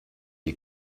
est